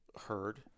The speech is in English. heard